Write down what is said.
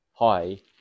hi